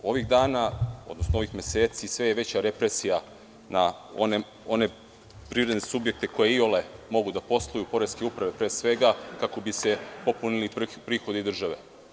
Ovih dana, odnosno ovih meseci sve je veća represija na one privredne subjekte koji iole mogu da posluju, pre svega poreske uprave kako bi se popunili prihodi države.